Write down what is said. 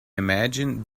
imagine